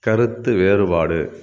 கருத்து வேறுபாடு